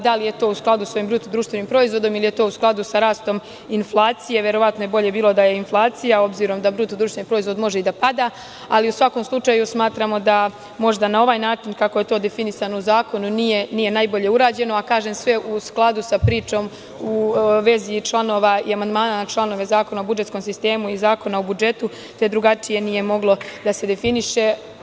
Da li je to u skladu sa ovim BDP ili je to u skladu sa rastom inflacije, verovatno bi bolje bilo da je inflacija, obzirom da BDP može i da pada, ali u svakom slučaju, smatramo da možda na ovaj način kako je to definisano u zakonu nije najbolje urađeno, a kažem, sve u skladu sa pričom u vezi članova i amandmana na članove Zakona o budžetskom sistemu i Zakona o budžetu, te drugačije nije moglo da se definiše.